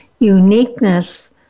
Uniqueness